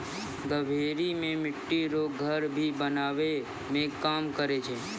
गभोरी से मिट्टी रो घर भी बनाबै मे काम करै छै